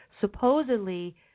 supposedly